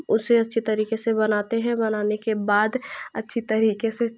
उसे अच्छी तरीके से बनाते हैं बनाने के बाद अच्छी तरीके से